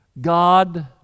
God